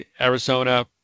Arizona